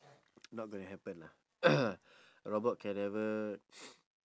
not gonna happen lah a robot can never